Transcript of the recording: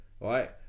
right